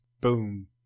Boom